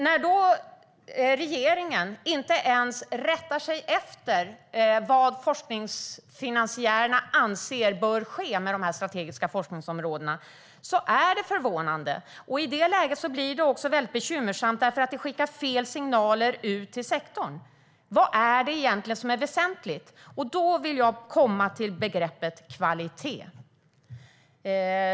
När då regeringen inte ens rättar sig efter vad forskningsfinansiärerna anser bör ske med de här strategiska forskningsområdena är det förvånande. I det läget blir det också väldigt bekymmersamt, för det skickas fel signaler ut till sektorn. Vad är det egentligen som är väsentligt? Då vill jag komma till kvalitetsbegreppet.